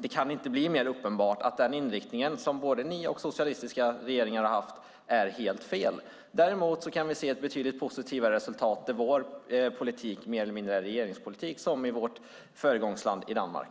Det kan inte bli mer uppenbart att den inriktning som både ni och socialistiska regeringar har haft är helt fel. Däremot kan vi se ett betydligt positivare resultat där vår politik mer eller mindre är regeringspolitik, som i vårt föregångsland Danmark.